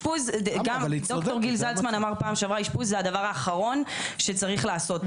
גם ד"ר גיל זלצמן אמר בפעם שעברה אשפוז זה הדבר האחרון שצריך לעשות.